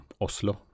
Oslo